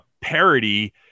parody